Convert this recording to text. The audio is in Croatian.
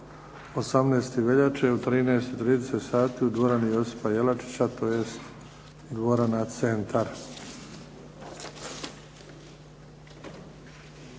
18. veljače u 13,30 sati u dvorani "Josipa Jelačića" tj. dvorana "Centar